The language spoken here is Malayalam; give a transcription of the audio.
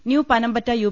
new Panampatta U